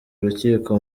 urukiko